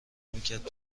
میکرد